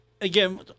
again